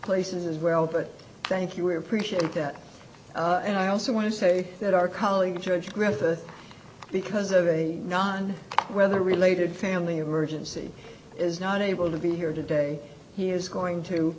places as well but thank you we appreciate that and i also want to say that our colleague judge granted because of a non weather related family emergency is not able to be here today he is going to